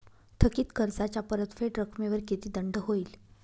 थकीत कर्जाच्या परतफेड रकमेवर किती दंड होईल?